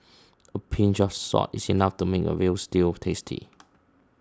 a pinch of salt is enough to make a Veal Stew tasty